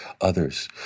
others